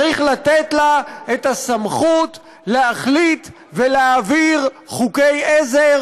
צריך לתת לה את הסמכות להחליט ולהעביר חוקי עזר